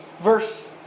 Verse